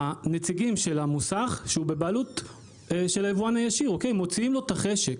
הנציגים של המוסך מוציאים לו את החשק.